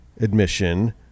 admission